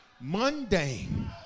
mundane